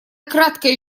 краткое